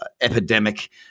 epidemic